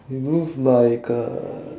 it looks like uh